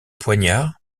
poignard